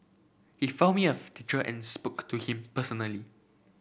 he found me of teacher and spoke to him personally